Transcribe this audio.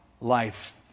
life